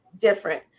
different